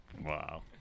Wow